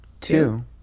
two